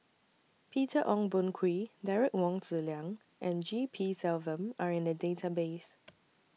Peter Ong Boon Kwee Derek Wong Zi Liang and G P Selvam Are in The Database